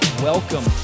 Welcome